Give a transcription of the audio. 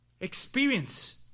experience